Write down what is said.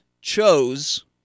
chose